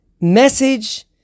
message